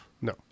No